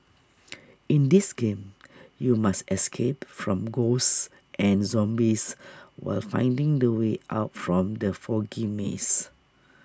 in this game you must escape from ghosts and zombies while finding the way out from the foggy maze